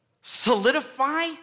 Solidify